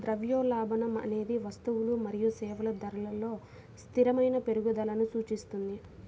ద్రవ్యోల్బణం అనేది వస్తువులు మరియు సేవల ధరలలో స్థిరమైన పెరుగుదలను సూచిస్తుంది